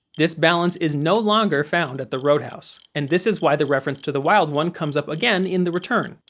this balance is no longer found at the roadhouse, and this is why the reference to the wild one comes up again in the return.